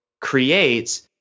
creates